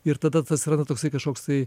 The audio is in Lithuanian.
ir tada tas atsiranda toksai kažkoks tai